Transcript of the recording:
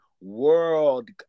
world